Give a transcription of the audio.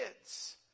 kids